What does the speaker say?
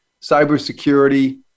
cybersecurity